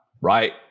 Right